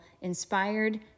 inspired